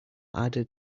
added